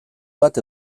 bat